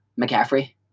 McCaffrey